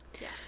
yes